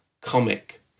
comic